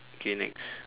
K next